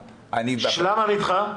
למה הוא נדחה?